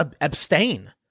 abstain